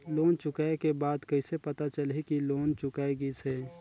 Loan चुकाय के बाद कइसे पता चलही कि लोन चुकाय गिस है?